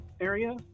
area